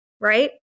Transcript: Right